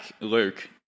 Luke